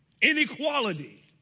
inequality